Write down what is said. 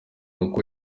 uko